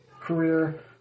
career